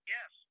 Yes